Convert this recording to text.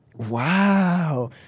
Wow